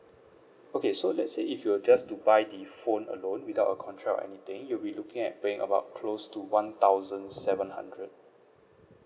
okay so let's say if you were just to buy the phone alone without a contract or anything you'll be looking at paying about close to one thousand seven hundred